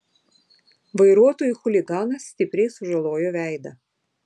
vairuotojui chuliganas stipriai sužalojo veidą